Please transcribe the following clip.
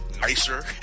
nicer